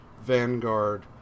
Vanguard